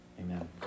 Amen